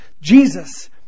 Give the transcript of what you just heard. Jesus